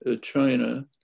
China